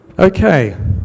Okay